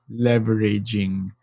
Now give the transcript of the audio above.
leveraging